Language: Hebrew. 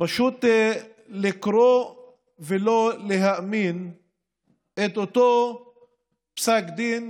פשוט לקרוא ולא להאמין את אותו פסק דין